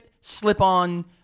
slip-on